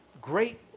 Great